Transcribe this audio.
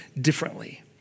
differently